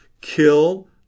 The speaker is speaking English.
kill